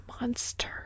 monster